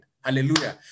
hallelujah